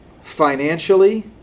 financially